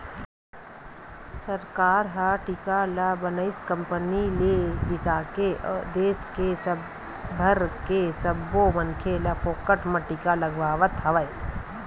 सरकार ह टीका ल बनइया कंपनी ले बिसाके के देस भर के सब्बो मनखे ल फोकट म टीका लगवावत हवय